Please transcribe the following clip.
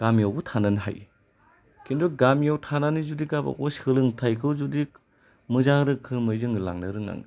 गामियावबो थानानै हायो खिन्थु गामियाव थानानै जुदि गावबागाव सोलोंथायखौ जुदि मोजां रोखोमै जोङो लांनो रोंनांगोन